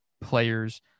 players